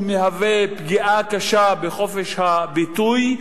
הוא מהווה פגיעה קשה בחופש הביטוי.